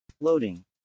Loading